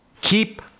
Keep